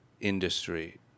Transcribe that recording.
industry